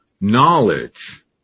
knowledge